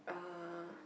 uh